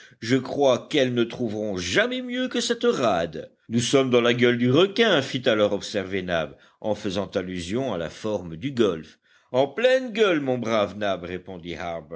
je crois qu'elles ne trouveront jamais mieux que cette rade nous sommes dans la gueule du requin fit alors observer nab en faisant allusion à la forme du golfe en pleine gueule mon brave nab répondit